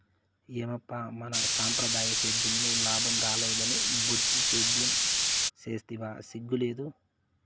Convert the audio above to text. ఏమప్పా మన సంప్రదాయ సేద్యంలో లాభం రాలేదని బొచ్చు సేద్యం సేస్తివా సిగ్గు లేదూ